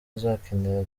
azakenera